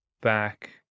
back